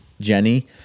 Jenny